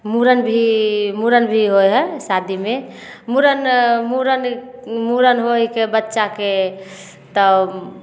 मुड़न भी मुड़न भी होइ हइ शादीमे मुड़न मुड़न मुड़न होइके बच्चाके तऽ